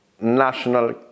national